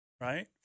right